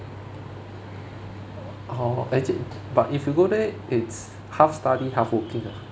orh actu~ but if you go there it's half study half working ah